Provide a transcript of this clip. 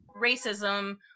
Racism